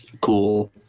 cool